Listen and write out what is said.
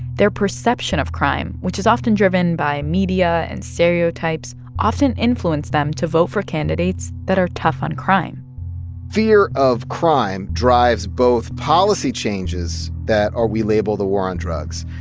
their perception of crime, which is often driven by media and stereotypes, often influence them to vote for candidates that are tough on crime fear of crime drives both policy changes that we label the war on drugs.